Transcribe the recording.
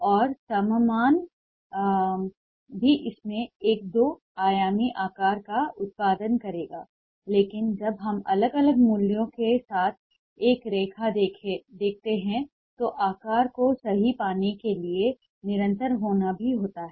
और सम मान भी इसमें एक दो आयामी आकार का उत्पादन करेगा लेकिन जब हम अलग अलग मूल्य के साथ एक रेखा देखते हैं जो आकार को सही पाने के लिए निरंतर होना भी होता है